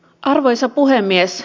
arvoisa puhemies